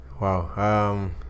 Wow